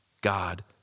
God